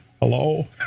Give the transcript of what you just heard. hello